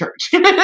church